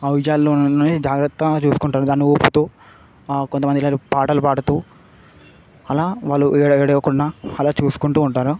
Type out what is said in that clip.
ఆ ఉయ్యాలోనే జాగ్రత్తగా చూసుకుంటారు దాన్ని ఊపుతూ కొంతమంది ఇలా ఇలా పాటలు పాడుతూ అలా వాళ్ళు ఏడ ఏడవకుండా అలా చూసుకుంటూ ఉంటారు